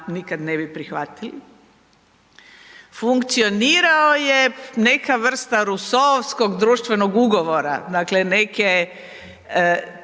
nikad ne bi prihvatili. Funkcionirao je neka vrsta rusoovskog društvenog ugovora, dakle neke